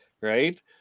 right